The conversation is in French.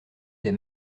des